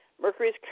Mercury's